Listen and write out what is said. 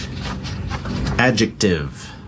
Adjective